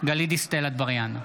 גלית דיסטל אטבריאן,